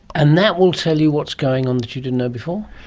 and that will tell you what's going on that you didn't know before?